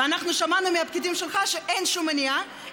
אנחנו שמענו מהפקידים שלך שאין שום מניעה,